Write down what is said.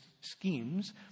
schemes